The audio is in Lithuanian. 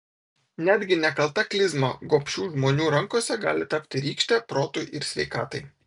netgi nekalta klizma gobšių žmonių rankose gali tapti rykšte protui ir sveikatai